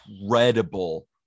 incredible